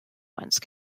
once